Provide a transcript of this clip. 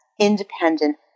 independent